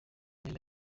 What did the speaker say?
ntera